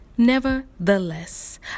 Nevertheless